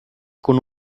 con